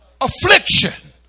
Affliction